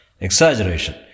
Exaggeration